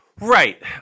Right